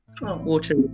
Water